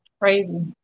Crazy